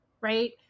right